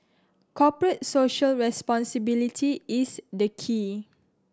Corporate Social Responsibility is the key